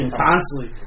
constantly